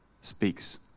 speaks